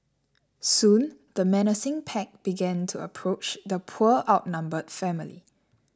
soon the menacing pack began to approach the poor outnumbered family